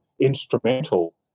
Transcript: instrumental